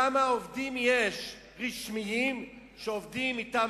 כמה עובדים רשמיים יש שעובדים מטעם